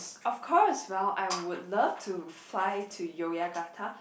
of course well I would love to fly to Yogyakarta